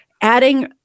adding